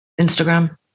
Instagram